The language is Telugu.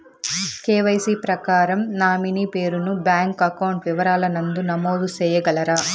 కె.వై.సి ప్రకారం నామినీ పేరు ను బ్యాంకు అకౌంట్ వివరాల నందు నమోదు సేయగలరా?